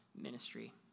ministry